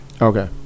Okay